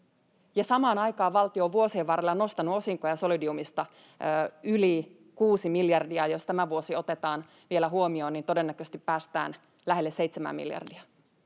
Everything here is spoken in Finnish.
Samaan aikaan valtio on vuosien varrella nostanut osinkoja Solidiumista yli 6 miljardia, ja jos tämä vuosi otetaan vielä huomioon, niin todennäköisesti päästään lähelle 7:ää miljardia.